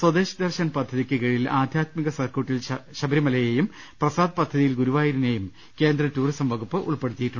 സ്വദേശ് ദർശൻ പദ്ധതിക്ക് കീഴിൽ ആധ്യാത്മിക സർക്യൂട്ടിൽ ശബരിമ ലയെയും പ്രസാദ് പദ്ധതിയിൽ ഗുരുവായൂരിനെയും കേന്ദ്ര ടൂറിസം വകുപ്പ് ഉൾപ്പെടുത്തിയിരുന്നു